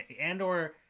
Andor